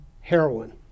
heroin